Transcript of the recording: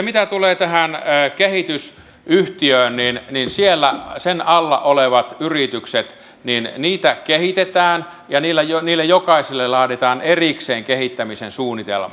mitä tulee tähän kehitysyhtiöön niin sen alla olevia yrityksiä kehitetään ja niille jokaiselle laaditaan erikseen kehittämisen suunnitelma